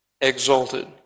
exalted